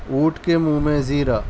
اونٹ کے منہ میں زیرہ